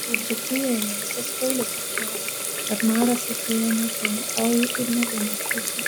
tai dzūkijoje visas kiaules išpjovė bet maras atėjo ne ten o į ignalinos pusę